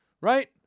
Right